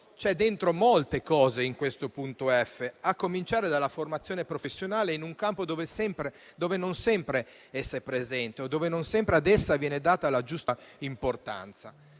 ci sono molte cose, a cominciare dalla formazione professionale in un campo dove non sempre essa è presente o dove non sempre ad essa viene data la giusta importanza.